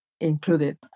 included